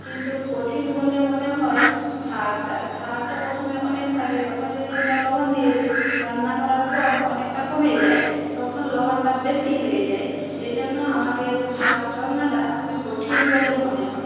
কিন্তু কঠিন বলে মনে হয় শাকটা শাকটা প্রথমে অনেক থাকে তখন যদি আমরা লবণ দিয়ে দিই রান্না করার পর অনেকটা কমে যায় তখন লবণটা বেশি হয়ে যায় এ জন্য আমাকে শাক রান্নাটা খুবই কঠিন বলে মনে হয়